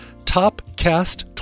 Topcast